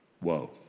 whoa